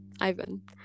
Ivan